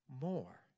more